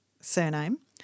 surname